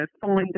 find